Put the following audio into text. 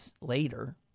later